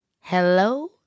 Hello